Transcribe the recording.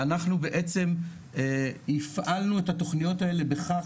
אנחנו בעצם הפעלנו את התכניות האלה בכך